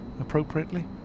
appropriately